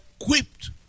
equipped